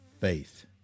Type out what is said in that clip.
faith